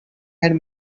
had